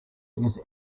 because